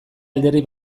alderdi